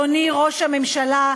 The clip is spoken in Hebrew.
אדוני ראש הממשלה,